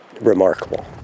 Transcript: remarkable